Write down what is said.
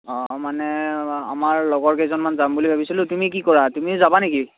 অ' মানে আমাৰ লগৰ কেইজনমান যাম বুলি ভাবিছিলোঁ তুমি কি কৰা তুমিও যাবা নেকি